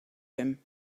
him